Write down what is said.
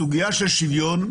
הסוגיה של שוויון,